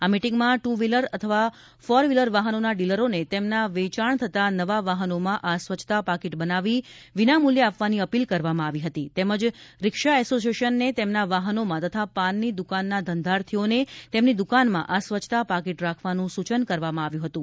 આ મિટીંગમાં two wheeler તથા ફોર વ્હીલર વાહનોના ડીલરો ને તેમના વેંચાણ થતા નવા વાહનોમાં આ સ્વચ્છતા પાકીટ બનાવી વિનામુલ્યે આપવાની અપીલ કરવામાં આવી હતી તેમજ રીક્ષા એશોસીએશન ને તેમના વાહનોમાં તથા પાનની દુકાનના ધંધાર્થીઓને તેમની દુકાનમાં આ સ્વચ્છતા પાકીટ રાખવાનું સુચન કરવામાં આવ્યું હતું